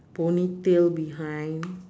ponytail behind